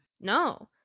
No